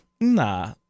nah